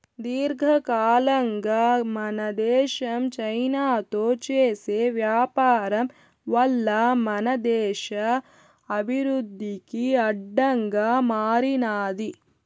దీర్ఘకాలంగా మన దేశం చైనాతో చేసే వ్యాపారం వల్ల మన దేశ అభివృద్ధికి అడ్డంగా మారినాది